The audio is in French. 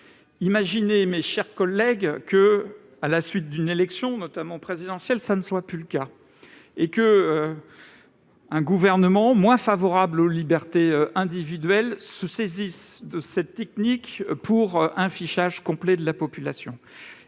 imaginez, mes chers collègues, que, à la suite d'une élection, notamment présidentielle, ce ne soit plus le cas ; imaginez qu'un gouvernement, moins favorable aux libertés individuelles, se saisisse de cette technique pour faire un fichage complet de la population